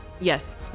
Yes